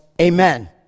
Amen